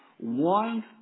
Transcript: one